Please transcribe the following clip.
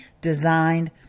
designed